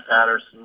Patterson